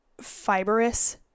fibrous